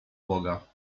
boga